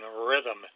rhythm